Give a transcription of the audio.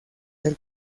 ser